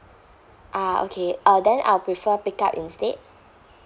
uh okay uh then I'll prefer pick up instead